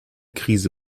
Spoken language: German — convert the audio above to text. krise